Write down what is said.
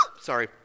Sorry